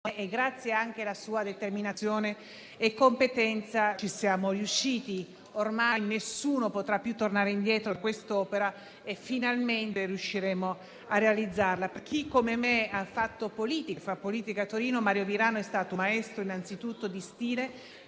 grazie anche alla sua determinazione e competenza ci siamo riusciti. Ormai nessuno potrà più tornare indietro da quest'opera e finalmente riusciremo a realizzarla. Per chi come me ha fatto e fa politica a Torino, Mario Virano è stato un maestro innanzitutto di stile,